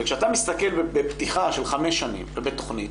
וכשאתה מסתכל בפתיחה של חמש שנים ובתכנית,